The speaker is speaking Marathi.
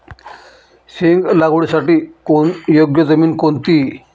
शेंग लागवडीसाठी योग्य जमीन कोणती?